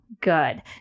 Good